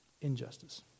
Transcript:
Injustice